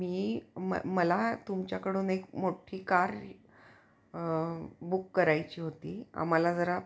मी म मला तुमच्याकडून एक मोठी कार बुक करायची होती आम्हाला जरा